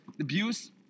abuse